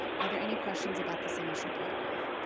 are there any questions about this initial paragraph?